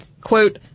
quote